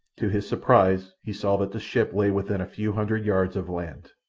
to his surprise he saw that the ship lay within a few hundred yards of land.